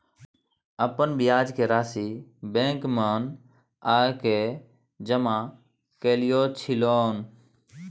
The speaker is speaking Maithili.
अपन ब्याज के राशि बैंक में आ के जमा कैलियै छलौं?